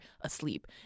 asleep